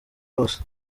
bose